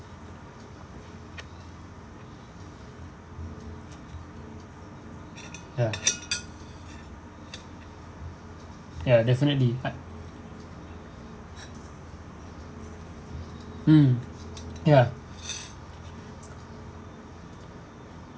ya ya definitely mm ya